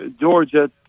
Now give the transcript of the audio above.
Georgia